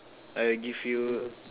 I give you